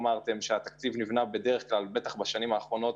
בשנים האחרונות